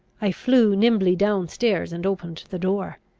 i flew nimbly down stairs, and opened the door.